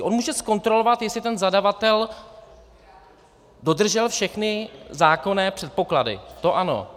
On může zkontrolovat, jestli zadavatel dodržel všechny zákonné předpoklady, to ano.